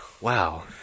wow